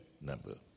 number